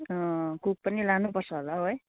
अँ कुक पनि लानु पर्छ होला हौ है